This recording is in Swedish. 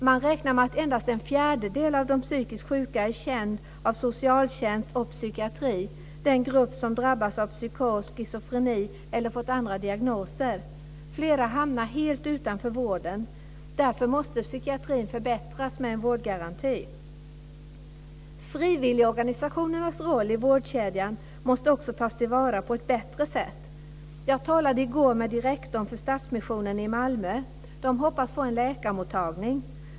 Man räknar med att endast en fjärdedel av de psykiskt sjuka är känd av socialtjänst och psykiatri, dvs. den grupp som drabbas av psykos, schizofreni eller har fått andra diagnoser. Flera hamnar helt utanför vården. Därför måste psykiatrin förbättras med hjälp av en vårdgaranti. Frivilligorganisationernas roll i vårdkedjan måste också tas till vara på ett bättre sätt. Jag talade i går med direktorn för Stadsmissionen i Malmö. De hoppas på att få en läkarmottagning.